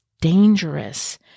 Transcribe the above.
dangerous